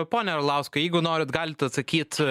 pone arlauskai jeigu norit galit atsakyt